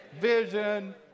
Vision